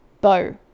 bow